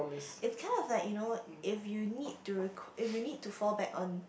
it's kind of like you know if you need to require if you need to fall back on